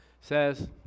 says